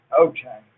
Okay